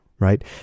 right